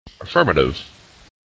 affirmative